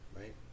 right